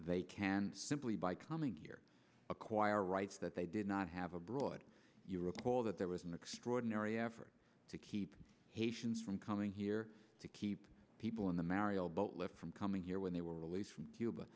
they can simply by coming here acquire rights that they did not have abroad you'll recall that there was an extraordinary effort to keep haitians from coming here to keep people in the mariel boatlift from coming here when they were released from cuba